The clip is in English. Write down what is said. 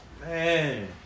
Man